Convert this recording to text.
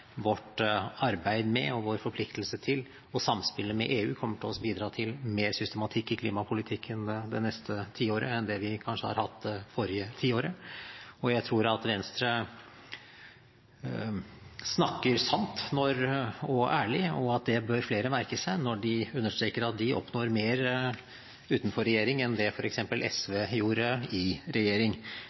vårt arbeid med og vår forpliktelse til å samspille med EU kommer til å bidra til mer systematikk i klimapolitikken det neste tiåret enn det vi kanskje har hatt det forrige tiåret. Jeg tror Venstre snakker sant og ærlig – og det bør flere merke seg – når de understreker at de oppnår mer utenfor regjering enn det f.eks. SV gjorde i regjering.